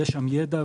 כי יש שם ידע,